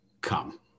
come